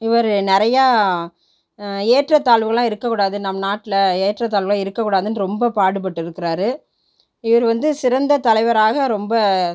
இவர் நிறையா ஏற்றத்தாழ்வுகள்லாம் இருக்க கூடாது நம் நாட்டில் ஏற்றத்தாழ்வுகள்லாம் இருக்க கூடாதுன்னு ரொம்ப பாடுபட்டிருக்கிறாரு இவர் வந்து சிறந்த தலைவராக ரொம்ப